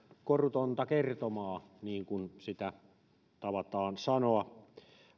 korutonta kertomaa niin kuin tavataan sanoa